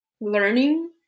learning